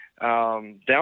Down